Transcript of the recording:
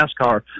NASCAR